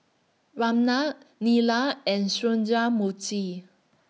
Neila and Sundramoorthy